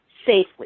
safely